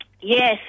Yes